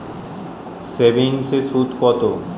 সেভিংসে সুদ কত?